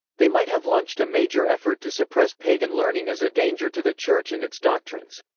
they might have launched a major effort to suppress pagan learning as a danger to the church and its doctrines.